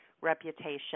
reputation